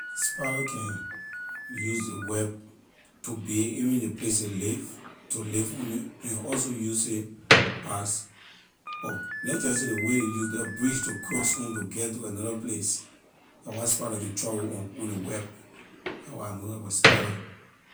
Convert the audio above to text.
Spider can use a web to build even ley place a live to live on it and also use it as a leh jeh say ley way ley use la bridge to cross on to get to another place la what spider can travel on, on ley web la why I know about spider.